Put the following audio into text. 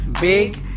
big